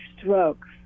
strokes